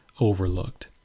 overlooked